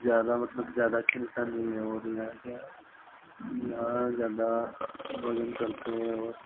ज़्यादा मतलब ज़्यादा खींचता नहीं है ओर यहाँ क्या यहाँ ज़्यादा भोजन करते है